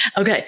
okay